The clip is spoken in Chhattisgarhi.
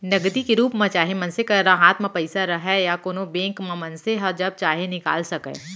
नगदी के रूप म चाहे मनसे करा हाथ म पइसा रहय या कोनों बेंक म मनसे ह जब चाहे निकाल सकय